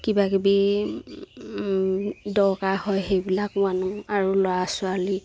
কিবাকিবি দৰকাৰ হয় সেইবিলাক আনো আৰু ল'ৰা ছোৱালী